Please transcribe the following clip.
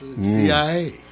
CIA